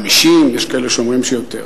50, יש כאלה שאומרים שיותר.